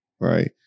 right